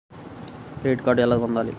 Credit card ఎలా పొందాలి?